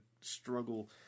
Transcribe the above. struggle